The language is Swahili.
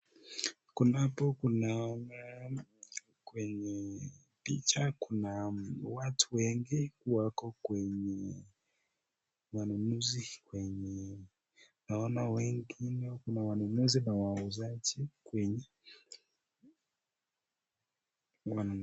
Kunapo kunaona kwenye picha kuna watu wengi wako kwenye manunuzi wenye naona wengine kuna wanunuzi na wauzaji kwenye...